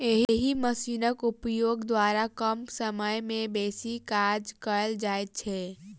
एहि मशीनक उपयोग द्वारा कम समय मे बेसी काज कयल जाइत छै